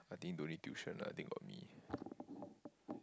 I think don't need tuition lah I think about me